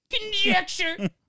Conjecture